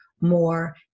more